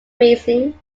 raising